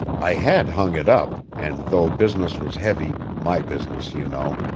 i had hung it up, and though business was heavy, my business, you know,